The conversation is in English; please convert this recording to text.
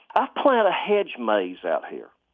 i planted a hedge maze out here.